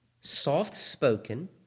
soft-spoken